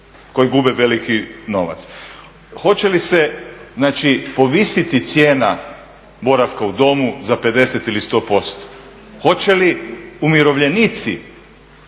koji gube veliki novac. Hoće li se znači povisiti cijena boravka u domu za 50 ili 100%? Hoće li umirovljenici